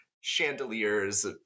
chandeliers